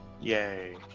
Yay